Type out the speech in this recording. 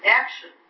action